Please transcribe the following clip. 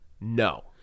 no